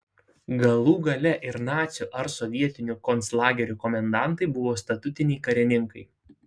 galų gale ir nacių ar sovietinių konclagerių komendantai buvo statutiniai karininkai